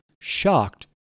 shocked